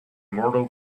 mortal